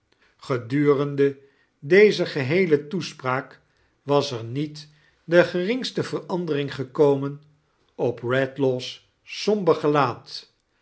gredurende deze geheele toespraak was er niet de geringste verandering gekomen op redlaw's somber gelaat